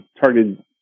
targeted